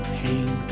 pain